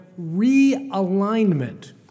realignment